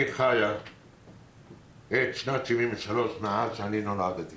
אני חיה את שנת 73 מאז שאני נולדתי